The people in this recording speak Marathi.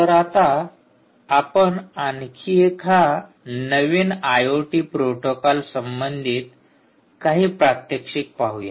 तर आता आपण आणखी एका नवीन आयओटी प्रोटोकॉल संबंधित काही प्रात्यक्षिक पाहूया